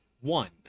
one